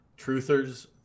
truthers